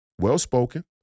well-spoken